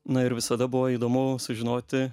na ir visada buvo įdomu sužinoti